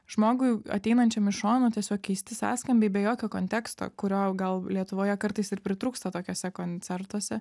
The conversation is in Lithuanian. žmogui ateinančiam iš šono tiesiog keisti sąskambiai be jokio konteksto kurio gal lietuvoje kartais ir pritrūksta tokiuose koncertuose